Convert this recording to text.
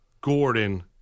Gordon